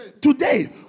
today